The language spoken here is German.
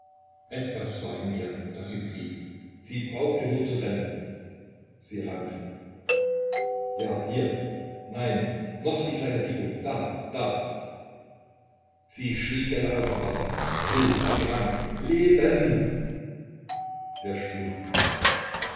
etwas war in ihr das sie trieb sie brauchte nur zu rennen sie rannte ja hier nein noch die kleine biegung da da sie schrie gell auf im wasser wild sie rang leben der strudel